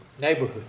neighborhood